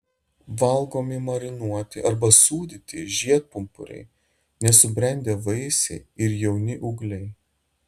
valgomi marinuoti arba sūdyti žiedpumpuriai nesubrendę vaisiai ir jauni ūgliai